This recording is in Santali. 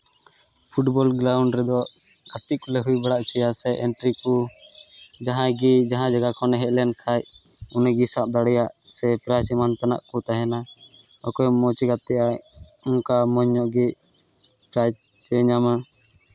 ᱯᱷᱩᱴᱵᱚᱞ ᱜᱨᱟᱩᱱᱰ ᱨᱮᱫᱚ ᱜᱟᱛᱮ ᱠᱚᱞᱮ ᱦᱩᱭ ᱵᱟᱲᱟ ᱦᱚᱪᱚᱭᱟ ᱥᱮ ᱮᱱᱴᱨᱤ ᱠᱚ ᱡᱟᱦᱟᱸᱭ ᱜᱮ ᱡᱟᱦᱟᱸ ᱡᱟᱭᱜᱟ ᱠᱷᱚᱱᱮ ᱦᱮᱡ ᱞᱮᱱᱠᱷᱟᱡ ᱩᱱᱤ ᱜᱮ ᱥᱟᱵ ᱫᱟᱲᱮᱭᱟᱜ ᱥᱮ ᱯᱨᱟᱭᱤᱡᱽ ᱮᱢᱟᱱ ᱛᱮᱭᱟᱜ ᱠᱚ ᱛᱟᱦᱮᱱᱟ ᱚᱠᱚᱭ ᱢᱚᱡᱽ ᱮ ᱜᱟᱛᱮ ᱟᱭ ᱚᱱᱠᱟ ᱢᱚᱡᱽ ᱧᱚᱜ ᱜᱮ ᱯᱨᱟᱭᱤᱡᱽ ᱮ ᱧᱟᱢᱟ